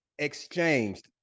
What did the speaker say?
Exchanged